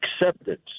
acceptance